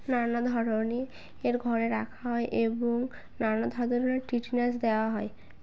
নানা ধরনে এর ঘরে রাখা হয় এবং নানা ধরনের টিটেনাস দেওয়া হয়